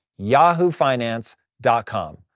yahoofinance.com